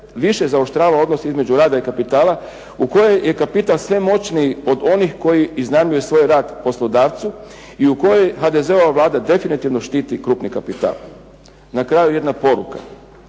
više zaoštrava odnos između rada i kapitala, u kojoj je kapital sve moćniji od onih koji iznajmljuju svoj rad poslodavcu, i u kojoj HDZ-ova Vlada definitivno štiti krupni kapital. Na kraju jedna poruka.